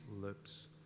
lips